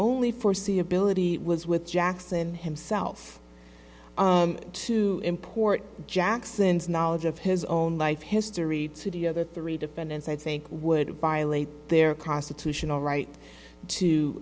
only foreseeability was with jackson himself to import jackson's knowledge of his own life history to the other three defendants i think would violate their constitutional right to